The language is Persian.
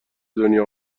دنیا